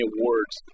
Awards